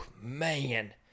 Man